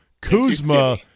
Kuzma